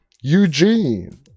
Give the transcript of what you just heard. Eugene